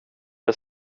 det